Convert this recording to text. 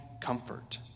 comfort